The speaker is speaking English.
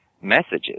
messages